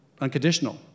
unconditional